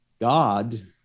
God